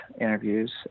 interviews